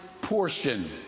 portion